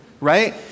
Right